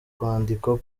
rwandiko